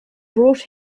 brought